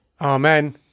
Amen